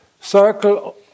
circle